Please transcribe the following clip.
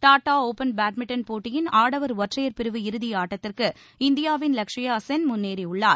Tata open badminton போட்டியின் ஆடவர் ஒற்றையர் பிரிவு இறுதியாட்டத்திற்கு இந்தியாவின் லக்ஸியா சென் முன்னேறியுள்ளார்